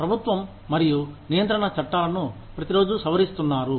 ప్రభుత్వం మరియు నియంత్రణ చట్టాలను ప్రతిరోజు సవరిస్తున్నారు